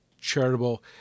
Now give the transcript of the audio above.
charitable